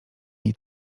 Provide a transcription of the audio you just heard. jej